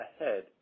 ahead